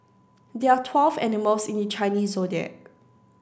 there are twelve animals in the Chinese Zodiac